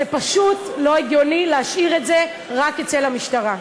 זה פשוט לא הגיוני להשאיר את זה רק אצל המשטרה.